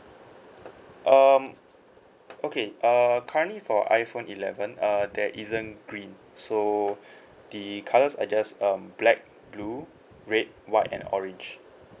um okay uh currently for iphone eleven uh there isn't green so the colors are just um black blue red white and orange